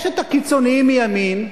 יש הקיצונים מימין,